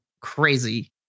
crazy